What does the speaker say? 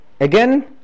again